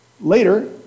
later